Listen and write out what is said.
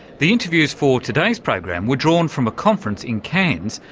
the interviews for today's program were drawn from a conference in cairns,